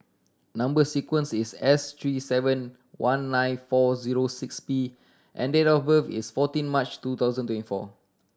number sequence is S three seven one nine four zero six P and date of birth is fourteen March two thousand twenty four